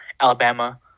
Alabama